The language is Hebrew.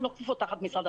שהן לא כפופות למשרד החינוך.